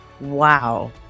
Wow